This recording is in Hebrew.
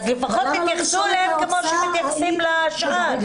אז לפחות תתייחסו אליהם כמו שמתייחסים לשאר.